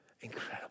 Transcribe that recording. Incredible